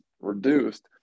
reduced